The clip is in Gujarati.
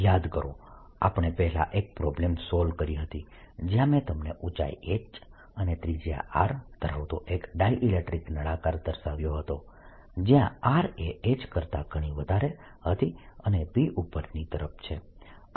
યાદ કરો આપણે પહેલા એક પ્રોબ્લમ સોલ્વ કરી હતી જ્યાં મેં તમને ઊચાઈ h અને ત્રિજ્યા R ધરાવતો એક ડાઇલેક્ટ્રીક નળાકાર દર્શાવ્યો હતો જ્યા R એ h કરતાં ઘણી વધારે હતી અને P ઉપરની તરફ છે